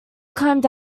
climbed